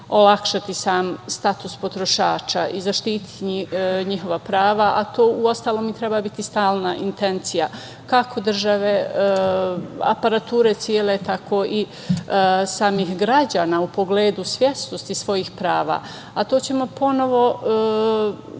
olakšati sam status potrošača i zaštiti njihova prava, a to uostalom i treba biti stalna intencija kako države, aparature cele, tako i samih građana u pogledu svesnosti svojih prava, a to ćemo ponovo